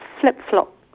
flip-flop